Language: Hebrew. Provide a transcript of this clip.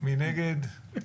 מי נגד?